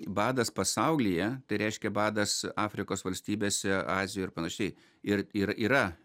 badas pasaulyje tai reiškia badas afrikos valstybėse azijoj ir panašiai ir ir yra